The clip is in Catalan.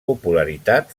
popularitat